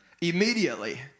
Immediately